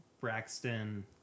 Braxton